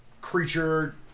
creature